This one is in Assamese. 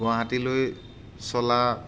গুৱাহাটীলৈ চলা